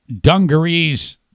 dungarees